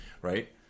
Right